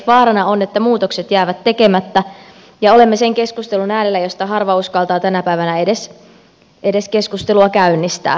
vaarana on että muutokset jäävät tekemättä ja olemme sen keskustelunaiheen äärellä josta harva uskaltaa tänä päivänä edes keskustelua käynnistää